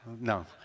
no